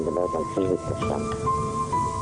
הם רק מציפים את הבעיות כפי שכולכם,